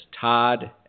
Todd